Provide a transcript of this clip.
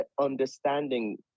understanding